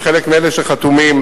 וחלק מאלה שחתומים,